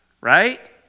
right